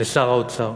לשר האוצר: